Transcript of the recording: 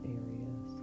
areas